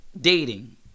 dating